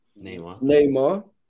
Neymar